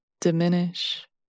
Diminish